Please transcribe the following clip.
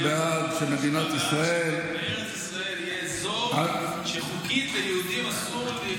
אתה בעד שבארץ ישראל יהיה אזור שחוקית ליהודים אסור להיכנס,